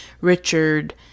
Richard